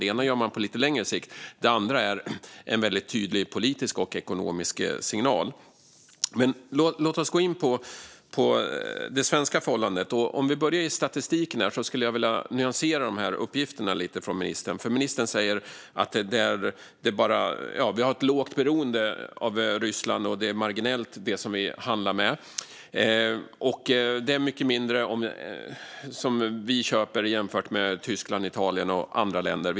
Det ena gör man på lite längre sikt; det andra är en väldigt tydlig politisk och ekonomisk signal. Låt oss gå in på det svenska förhållandet. När det gäller statistiken skulle jag vilja nyansera uppgifterna från ministern lite. Ministern sa att vi har ett lågt beroende av Ryssland, att det vi handlar är marginellt och att vi köper mycket mindre än Tyskland, Italien och andra länder.